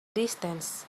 distance